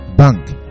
Bank